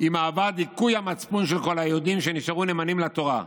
היא מהווה דיכוי המצפון של כל היהודים שנשארו נאמנים לתורה.